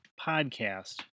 podcast